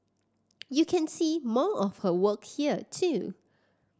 you can see more of her work here too